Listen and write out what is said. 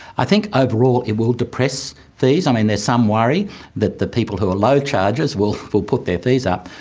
i think overall it will depress fees. um and there's some worry that the people who are low chargers will will put their fees up.